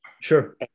Sure